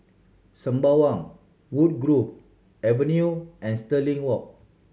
Sembawang Woodgrove Avenue and Stirling Walk